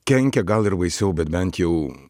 kenkia gal ir baisiau bet bent jau